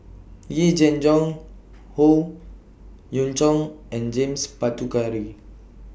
Yee Jenn Jong Howe Yoon Chong and James Puthucheary